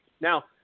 Now